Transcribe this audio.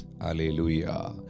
Hallelujah